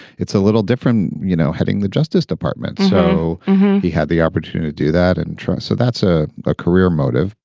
it's a little different, you know, heading the justice department. so he had the opportunity to do that and try. so that's ah a career motive.